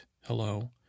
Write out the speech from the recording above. hello